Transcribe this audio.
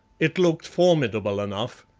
it looked formidable enough,